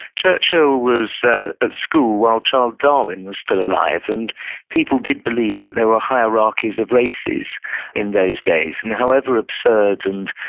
churchill was at school while charles darwin was still alive, and people did believe that there were hierarchies of races in those days. and however absurd and,